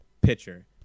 pitcher